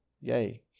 yay